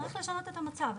צריך לשנות את המצב.